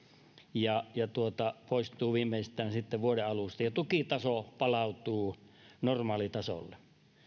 ja poistuu viimeistään sitten vuoden alusta ja tukitaso palautuu normaalitasolle